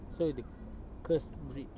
so is the cursed bridge